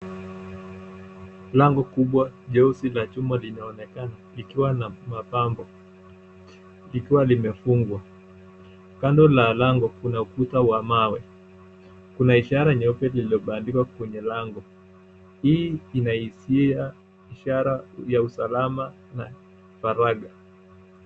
Lango kubwa jeusi la chuma linaonekana likiwa na mapambo likiwa limefungwa kando na lango kuna ukuta wa mawe. Kuna ishara nyeupe iliyobandikwa kwenye lango, hii ikiashiria ishara ya usalama na faragha.